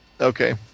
okay